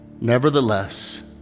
Nevertheless